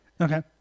Okay